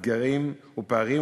אתגרים ופערים,